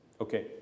Okay